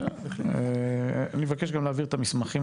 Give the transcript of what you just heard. בסדר, אני מבקש גם להעביר את המסמכים